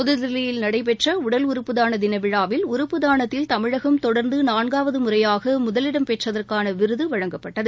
புதுதில்லியில் நடைபெற்ற உடல் உறுப்பு தான தின விழாவில் உறுப்பு தானத்தில் தமிழகம் தொடர்ந்து நான்காவது முறையாக முதலிடம் பெற்றதற்கான விருது வழங்கப்பட்டது